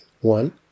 One